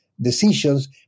decisions